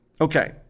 Okay